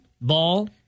Ball